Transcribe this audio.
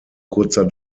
kurzer